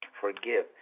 forgive